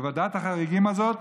ועדת החריגים הזאת